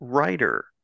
Writer